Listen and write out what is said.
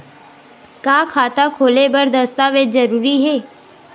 का खाता खोले बर दस्तावेज जरूरी हे?